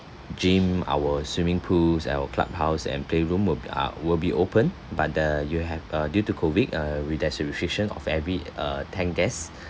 gym our swimming pools our clubhouse and playroom will be ah will be open but the you have uh due to COVID uh we there's a restriction of every uh ten guests